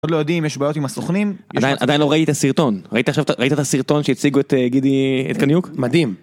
עוד לא יודעים, יש בעיות עם הסוכנים. עדיין... עדיין לא ראית סרטון. ראית עכשיו... ראית את הסרטון שהציגו את גידי... את קניוק? מדהים!